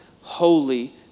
holy